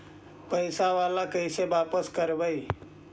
पैसा बाला कैसे बापस करबय?